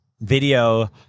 video